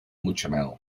mutxamel